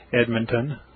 Edmonton